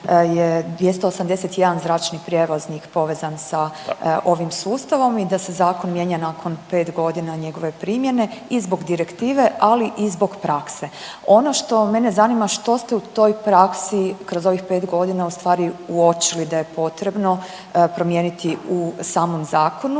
je 281 zračni prijevoznik povezan sa ovim sustavom i da se zakon mijenja nakon 5 godina njegove primjene i zbog direktive, ali i zbog prakse. Ono što mene zanima što ste u toj praksi kroz ovih 5 godina ustvari uočili da je potrebno promijeniti u samom zakonu